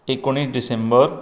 एकूणीस डिसेंबर